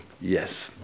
Yes